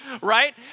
Right